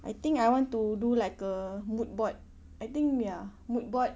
I think I want to do like a mood board I think ya mood board